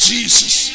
Jesus